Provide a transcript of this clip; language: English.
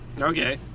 Okay